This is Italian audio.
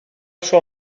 sua